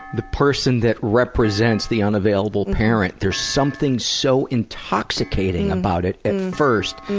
the person that represents the unavailable parent. there's something so intoxicating about it at first,